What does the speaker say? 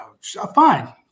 fine